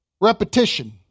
repetition